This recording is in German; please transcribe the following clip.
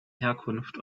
herkunft